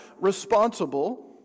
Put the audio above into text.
responsible